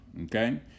okay